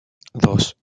dos